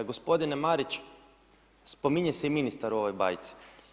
Gospodine Marić, spominje se i ministar u ovoj bajci.